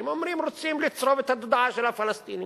אומרים: רוצים לצרוב את התודעה של הפלסטינים,